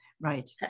Right